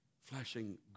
flashing